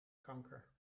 kanker